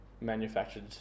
manufactured